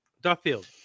Duffield